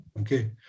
Okay